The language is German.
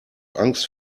angst